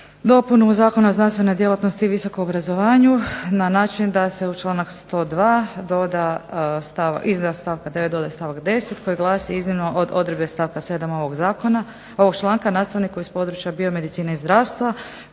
dopunu Zakona o znanstvenoj djelatnosti i visokom obrazovanju na način da se u članak 102. doda, iza stavka 9. doda i stavak 10. koji glasi: "Iznimno od odredbe stavka 7. ovog članka nastavniku iz područja biomedicine i zdravstva,